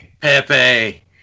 Pepe